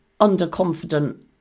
underconfident